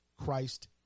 Christ